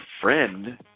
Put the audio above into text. friend